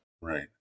right